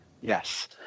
Yes